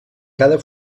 cada